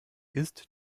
ist